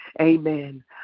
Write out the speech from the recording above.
Amen